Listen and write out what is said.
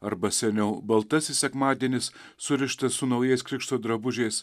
arba seniau baltasis sekmadienis surištas su naujais krikšto drabužiais